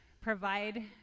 provide